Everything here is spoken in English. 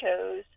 chose